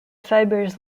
fibers